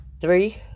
three